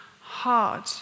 hard